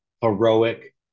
heroic